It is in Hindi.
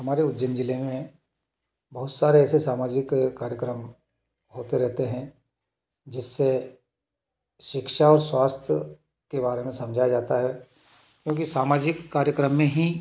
हमारे उज्जैन ज़िले में बहुत सारे ऐसे सामाजिक कार्यक्रम होते रहते हैं जिससे शिक्षा और स्वास्थ्य के बारे में समझाया जाता है क्योंकि सामाजिक कार्यक्रम में हीं